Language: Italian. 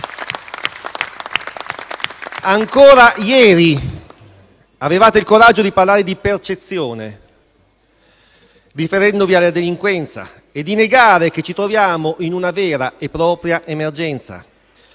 Ancora ieri avevate il coraggio di parlare di percezione, riferendovi alla delinquenza, e di negare che ci troviamo in una vera e propria emergenza.